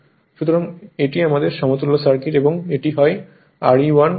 সুতরাং এটি আমার সমতুল্য সার্কিট এবং এটি এর Re1 X e1